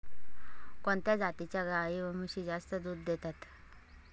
कोणत्या जातीच्या गाई व म्हशी जास्त दूध देतात?